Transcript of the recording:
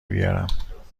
بیارم